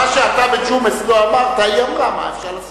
שאתה וג'ומס לא אמרתם היא אמרה, מה אפשר לעשות.